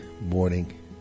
morning